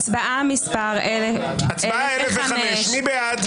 הצבעה 1006 מי בעד?